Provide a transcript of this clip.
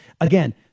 again